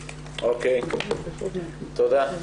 תודה.